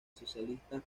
socialistas